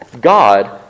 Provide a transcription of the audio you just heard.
God